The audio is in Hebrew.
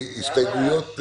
הסתייגות,